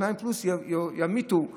שניים פלוס ימעיטו את